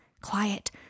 Quiet